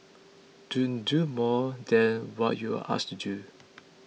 don't do more than what you're asked to do